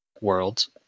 worlds